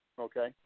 okay